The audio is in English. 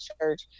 church